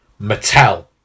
Mattel